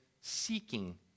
Seeking